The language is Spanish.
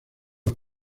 las